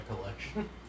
collection